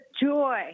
joy